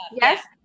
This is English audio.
yes